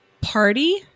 party